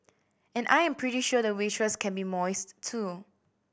and I'm pretty sure the waitress can be moist too